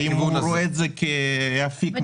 האם הוא רואה את זה כאפיק נוסף.